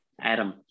Adam